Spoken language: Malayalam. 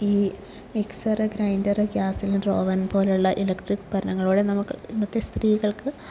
ഈ mixer grinder gas cylinder oven പോലെയുള്ള ഇലക്ട്രിക്ക് ഉപകരണങ്ങളിലൂടെ നമുക്ക് ഇന്നത്തെ സ്ത്രീകൾക്ക്